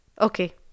Okay